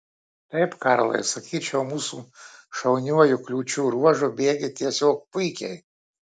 taip karlai sakyčiau mūsų šauniuoju kliūčių ruožu bėgi tiesiog puikiai